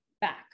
back